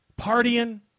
Partying